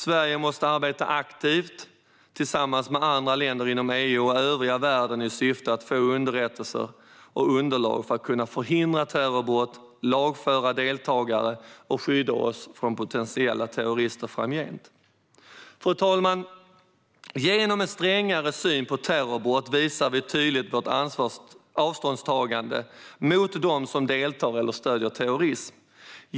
Sverige måste arbeta aktivt tillsammans med andra länder inom EU och övriga världen i syfte att få underrättelse och underlag för att kunna förhindra terrorbrott, lagföra deltagare och skydda oss från potentiella terrorister framgent. Fru talman! Genom en strängare syn på terrorbrott visar vi tydligt vårt avståndstagande mot dem som deltar i eller stöder terrorism.